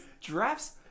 Giraffes